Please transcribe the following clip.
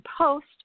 Post